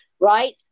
right